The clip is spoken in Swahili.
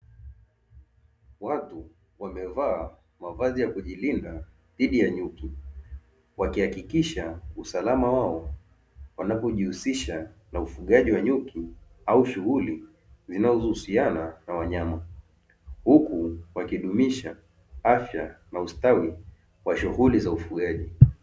Watu wamevaa mavazi ya kujilinda dhidi ya nyuki, wakihakikisha usalama wao wanapojihusisha na ufugaji wa nyuki au shughuli zinazohusiana na wanyama, huku wakidumisha afya na ustawi wa shughuli za ufugaji.